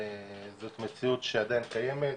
זאת מציאות שעדיין קיימת,